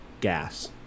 gas